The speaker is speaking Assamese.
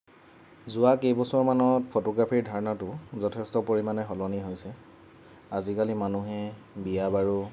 যোৱা কেইবছৰমানত ফটোগ্ৰাফিৰ ধাৰণাটো যথেষ্ট পৰিমাণে সলনি হৈছে আজিকালি মানুহে বিয়া বাৰু